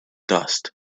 dust